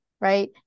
right